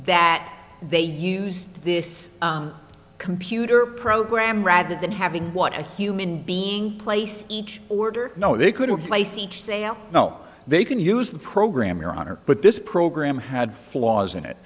that they used this computer program rather than having what a human being place each order no they couldn't place each say oh no they can use the program your honor but this program had flaws in it